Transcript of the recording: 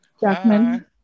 Jackman